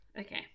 Okay